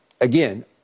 again –